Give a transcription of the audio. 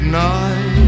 night